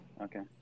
okay